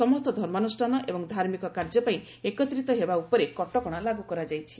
ସମସ୍ତ ଧର୍ମାନୁଷ୍ଠାନ ଏବଂ ଧାର୍ମିକ କାର୍ଯ୍ୟ ପାଇଁ ଏକତ୍ରିତ ହେବା ଉପରେ କଟକଣା ଲାଗୁ କରାଯାଇଛି